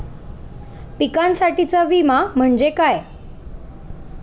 पिकांसाठीचा विमा म्हणजे काय?